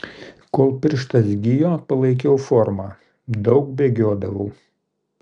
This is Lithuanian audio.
kol pirštas gijo palaikiau formą daug bėgiodavau